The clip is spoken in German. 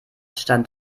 stand